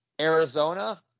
Arizona